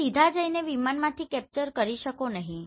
તમે સીધા જઇને વિમાનમાંથી કેપ્ચર કરી શકો નહીં